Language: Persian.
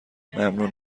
ممنون